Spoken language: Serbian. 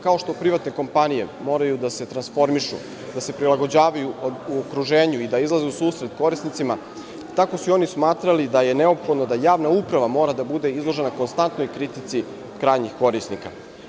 Kao što privatne kompanije moraju da se transformišu, da se prilagođavaju okruženju i da izlaze u susret korisnicima, tako su i oni smatrali da je neophodno da javna uprava mora da bude izložena konstantnoj kritici krajnjih korisnika.